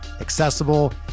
accessible